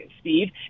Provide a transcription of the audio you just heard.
Steve